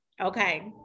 okay